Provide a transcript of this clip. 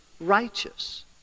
Righteous